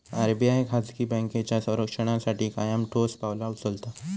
RBI खाजगी बँकांच्या संरक्षणासाठी कायम ठोस पावला उचलता